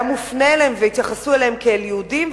מופנה אליהם והתייחסו אליהם כאל יהודים,